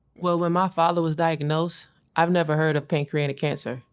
well, when my father was diagnosed i'd never heard of pancreatic cancer.